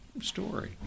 story